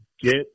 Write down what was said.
get